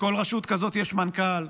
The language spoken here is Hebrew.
בכל רשות כזאת יש מנכ"ל,